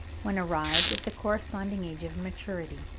when arrived at the corresponding age of maturity.